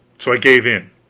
so i gave in,